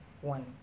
one